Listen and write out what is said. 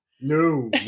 No